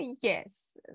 yes